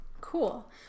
Cool